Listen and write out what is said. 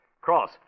Cross